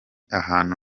ahantu